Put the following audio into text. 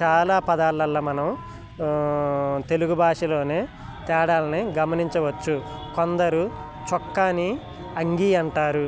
చాలా పదాలల్లో మనం తెలుగు భాషలోనే తేడాలని గమనించవచ్చు కొందరు చొక్కాని అంగి అంటారు